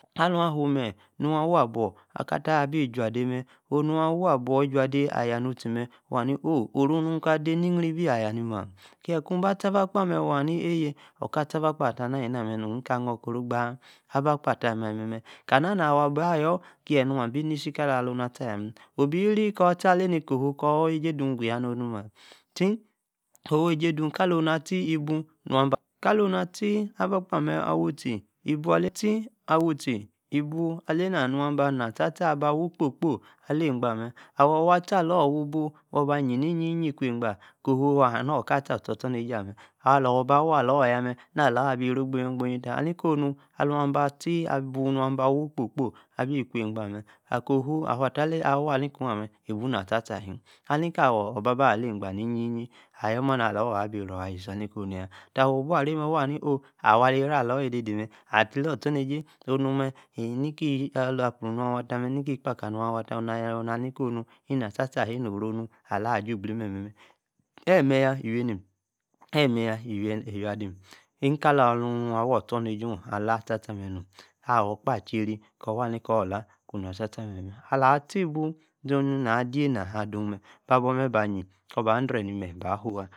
Aluu, a-fuu-meyi, nnu-awa, aboor, iju-ade mme, oonu awa-aboor, iju-ade, aya-nnu, tie mme, waa, olu oru, nnu kaa-de ni-yri-bi, ayeni-mma, kie, kun-ba, tar-abahpa mee, waa-haa ni eyíe, eka, atie, abakpa, ata-na mme numu, ní-ká aa-noi koro, gbaah, abakpa, ata-mme ali-mme, karia, na-awor. ba-ayor. kie nnu, abí-si ka, aloou, atíe, aya, mme, obi-iri, kor, taa, alani, kohuu kor, wey-jie, duu, yaa, no-nnu, maa. tie, kor wey-jíe duu, ka, lo-na-atie, ibuu, nnu-ba kalonu atíe, abakpa mme, awuu-tie- íbua-atíe awu-tíe ibuu, alena-nua-ba. na-tar-tar, aba-wuu kposi, alen- ígbaa mme, awor, waa, atíe alor, wuu, nuu, waa, ba, hie-ni-híe-hie, ku-agbah, kohnu, oka haa nnu kaa tíe, atar ostornejie, amme, alor, baa, wuu, alor, yamme, naa-alor, abi row, ogbo-yi tar, ali-konu, alu-aba-tie, ibuu, nriu-waa aba-wuu-kpo-kpo abi, kweu-gbaa mme, kohuu, awhua-taley, awali-kon amme, ibu, na-tar, ahie, ali-ki awon, oba-bar, alay gbah, kali-iyi-yi, ayor-maa, na-lor abi rooh af ayie-cei, alí-konu, yaa, tar, wu-buu, aray-mme, wu-bua, haa ni eh, awor, alí, rí, alor, edede mme atiley, ostornejie, onu-mme, eey, mi-ka, apuu, nnu awa-ta-mme, mi-ki, kpaka, nnu-waa tamme, nay or, ali konu, ina-tan, ahíe, no-oro-nu, alaah, aj̄u-gblene, nme-mmem, eme-ya, iwi-enem, eme-ya iwi-enem iwi-adim, ni-ka, la luu, awah, ostarnejie, alag, tar-tar, mme nam, awor-kpa, chery-kar waa, ali-kor laah kun, na tar, tar memme, alah, atíe-ibuu, onu, naah, diena, aduu, mme, ba-abua, mme, ba-yí, kor, ba dren-ni meryí-ba-huu-waah.